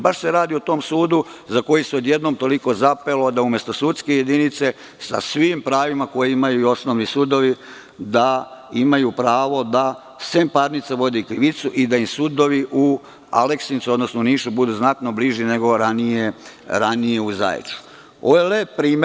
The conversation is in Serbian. Baš se radi o tom sudu za koji se odjednom toliko zapelo da umesto sudske jedinice, sa svim pravima koje imaju i osnovni i sudovi, da imaju pravo da sem parnice vode i krivicu i da im sudovi u Aleksincu, odnosno Nišu, budu znatno bliži nego ranije u Zaječaru.